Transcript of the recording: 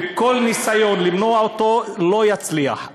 וכל ניסיון למנוע אותו לא יצליח,